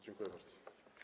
Dziękuję bardzo.